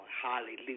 Hallelujah